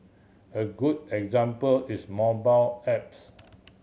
a good example is mobile apps